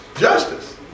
Justice